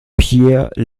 pierre